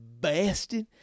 bastard